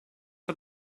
for